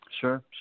Sure